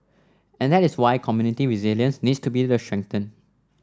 and that is why community resilience needs to be strengthened